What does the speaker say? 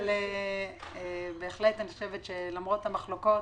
אבל בהחלט אני חושבת שלמרות המחלוקות,